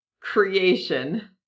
creation